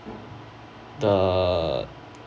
the